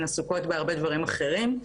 הן עסוקות בהרבה דברים אחרים.